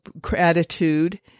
gratitude